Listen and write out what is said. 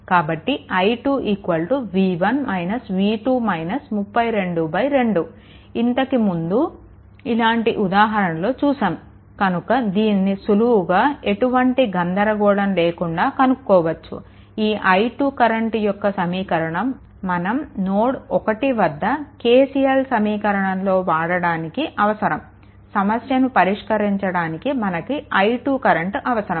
కాబట్టి i2 2 ఇంతకుముందు ఇలాంటి ఉదాహరణలు చూసాము కనుక దీనిని సులువుగా ఎటువంటి గందరగోళం లేకుండా కనుక్కోవచ్చు ఈ i2 కరెంట్ యొక్క సమీకరణం మనం నోడ్ 1 వద్ద KCL సమీకరణంలో వాడడానికి అవసరము సమస్యను పరిష్కరించడానికి మనకు i2 కరెంట్ అవసరం